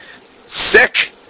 Sick